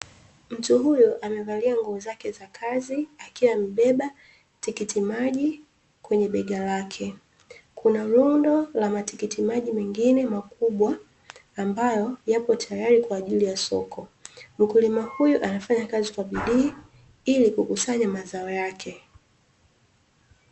Mtu huyu amevalia nguo zake za kazi, akiwa amebeba tikiti maji kwenye bega lake. Kuna rundo la matikiti maji mengine makubwa, ambayo yapo tayari kwa ajili ya soko. Mkulima huyu anafanya kazi kwa bidii ili kukusanya mazao yake.